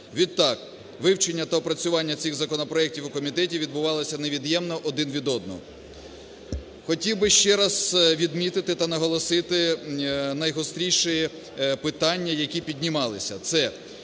Відтак вивчення та опрацювання цих законопроекті в у комітеті відбувалося невід'ємно один від одного. Хотів би ще раз відмітити та наголосити найгостріші питання, які піднімалися.